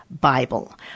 Bible